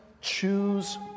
choose